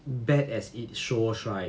bad as it shows right